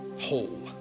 whole